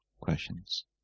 questions